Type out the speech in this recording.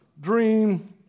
dream